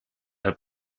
der